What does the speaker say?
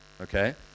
Okay